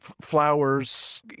flowers